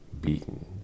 beaten